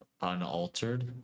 unaltered